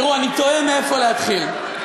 אני תוהה מאיפה להתחיל,